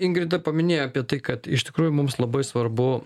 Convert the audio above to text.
ingrida paminėjo apie tai kad iš tikrųjų mums labai svarbu